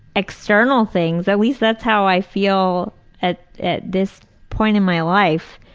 external things. at least that's how i feel at at this point in my life.